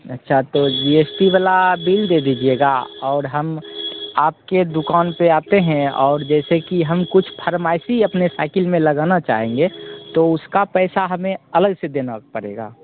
अच्छा तो G S T वाला बिल दे दीजिएगा और हम आपके दुकान पर आते हैं और जैसे कि हम कुछ फ़रमाइशी अपने साइकिल में लगाना चाहेंगे तो उसका पैसा हमें अलग से देना पड़ेगा